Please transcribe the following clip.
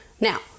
Now